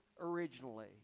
originally